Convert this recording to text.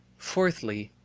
fourthly,